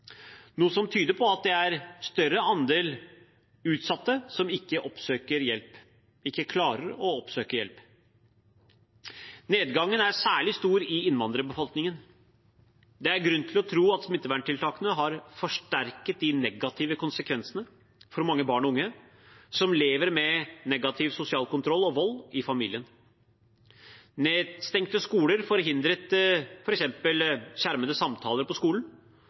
at det er en større andel utsatte som ikke oppsøker hjelp, ikke klarer å oppsøke hjelp. Nedgangen er særlig stor i innvandrerbefolkningen. Det er grunn til å tro at smitteverntiltakene har forsterket de negative konsekvensene for mange barn og unge som lever med negativ sosial kontroll og vold i familien. Nedstengte skoler forhindret f.eks. skjermede samtaler på skolen,